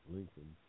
Lincoln